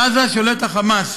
בעזה שולט ה"חמאס",